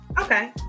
Okay